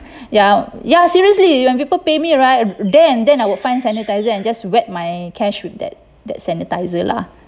ya ya seriously when people pay me right then then I will find sanitizers and just wet my cash with that that sanitizer lah